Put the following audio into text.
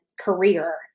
career